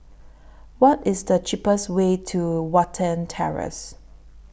What IS The cheapest Way to Watten Terrace